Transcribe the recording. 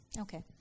Okay